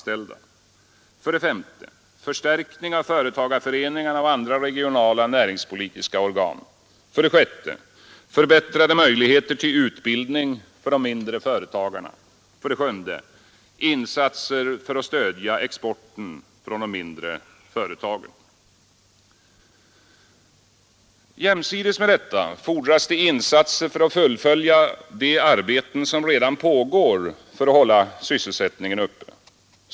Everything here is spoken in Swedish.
5. Förstärkning av företagarföreningarna och andra regionala näringspolitiska organ. Jämsides med detta fordras det insatser för att fullfölja de arbeten som redan pågår för att hålla sysselsättningen uppe.